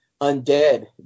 undead